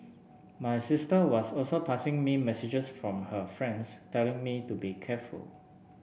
my sister was also passing me messages from her friends telling me to be careful